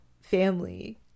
family